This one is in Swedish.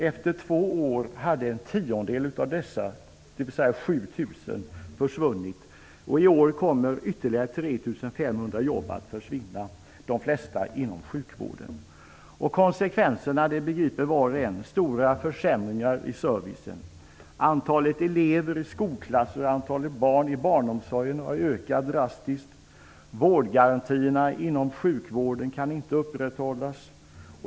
Efter två år hade en tiondel av dessa, dvs. 7 000, försvunnit. I år kommer ytterligare 3 500 jobb att försvinna, de flesta av dem inom sjukvården. Konsekvensen är, det begriper var och en, att det har blivit stora försämringar i servicen. Antalet elever i skolklasser och antalet barn inom barnomsorgen har ökat drastiskt. Vårdgarantierna inom sjukvården kan inte upprätthållas.